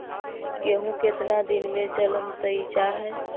गेहूं केतना दिन में जलमतइ जा है?